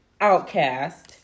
Outcast